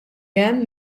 hemm